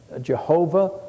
Jehovah